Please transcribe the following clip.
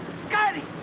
scotty!